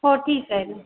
हो ठीक आहे ना